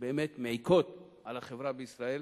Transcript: שבאמת מעיקות על החברה בישראל.